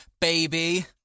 baby